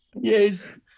Yes